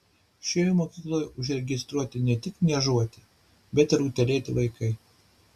šioje mokykloje užregistruoti ne tik niežuoti bet ir utėlėti vaikai